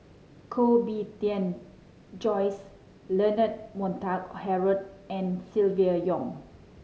Koh Bee Tuan Joyce Leonard Montague Harrod and Silvia Yong